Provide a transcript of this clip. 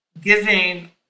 giving